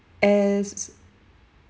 as